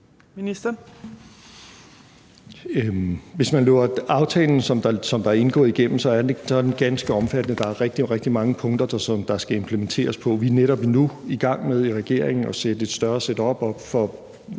Hækkerup): Hvis man løber aftalen, som der er indgået, igennem, så ser man, at den er ganske omfattende, der er rigtig, rigtig mange punkter, der skal implementeres efter. Vi er i regeringen netop nu i gang med at sætte et større setup op for,